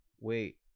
Wait